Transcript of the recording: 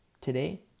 today